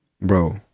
Bro